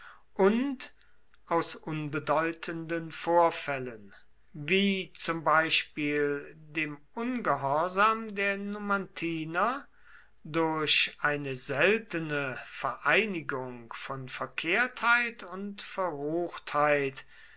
und aus unbedeutenden vorfällen wie zum beispiel dem ungehorsam der numantiner durch eine seltene vereinigung von verkehrtheit und verruchtheit